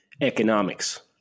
economics